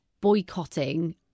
boycotting